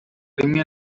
rimwe